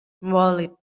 wallet